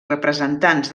representants